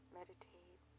meditate